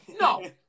no